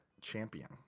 champion